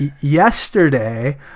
yesterday